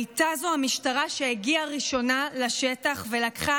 הייתה זאת המשטרה שהגיעה ראשונה לשטח ולקחה